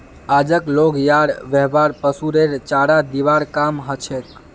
आजक लोग यार व्यवहार पशुरेर चारा दिबार काम हछेक